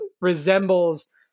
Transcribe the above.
resembles